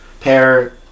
pair